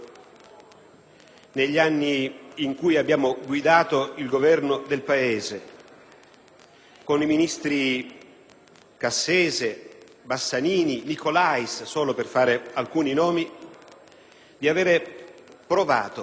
negli anni in cui abbiamo guidato il governo del Paese, (con i ministri Cassese, Bassanini e Nicolais, solo per fare alcuni nomi) di avere provato